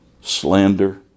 slander